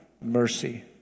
mercy